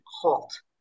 halt